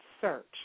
search